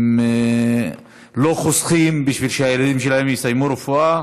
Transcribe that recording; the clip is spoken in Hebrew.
הם לא חוסכים בשביל שהילדים שלהם יסיימו רפואה,